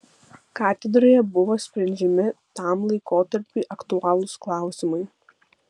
katedroje buvo sprendžiami tam laikotarpiui aktualūs klausimai